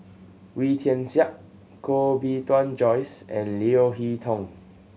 Wee Tian Siak Koh Bee Tuan Joyce and Leo Hee Tong